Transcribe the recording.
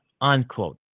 Unquote